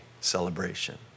celebration